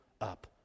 up